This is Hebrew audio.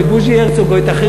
או את בוז'י הרצוג או את אחרים,